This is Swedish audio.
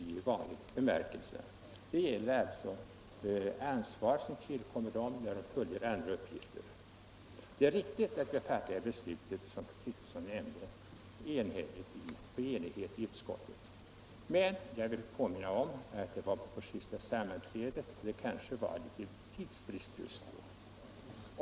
Det är riktigt att vi, som fru Kristensson nämnde, har fattat enhälligt beslut i utskottet om vem som skulle vara disciplinär myndighet för notarierna. Jag vill dock påminna om att det skedde på det sista sammanträdet då ärendet behandlades och att det kanske rådde tidsbrist just då.